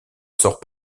sort